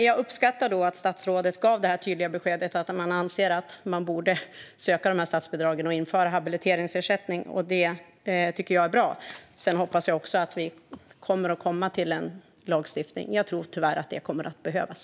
Jag uppskattar dock att statsrådet gav det tydliga beskedet att hon anser att man borde söka de här statsbidragen och införa habiliteringsersättning. Det tycker jag är bra. Sedan hoppas jag också att vi kommer att komma till en lagstiftning. Jag tror tyvärr att det kommer att behövas.